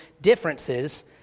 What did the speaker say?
differences